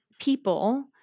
people